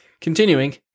continuing